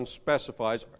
specifies